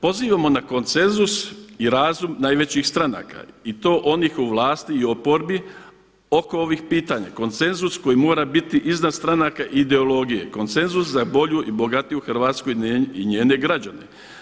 Pozivamo na konsenzus i razum najvećih stranaka i to onih u vlasti i oporbi oko ovih pitanja, konsenzus koji mora biti iznad stranaka i ideologije, konsenzus za bolju i bogatiju Hrvatsku i njene građane.